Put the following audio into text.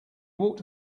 walked